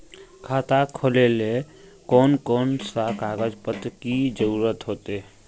खाता खोलेले कौन कौन सा कागज पत्र की जरूरत होते?